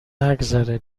نگذره